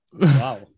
wow